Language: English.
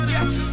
Yes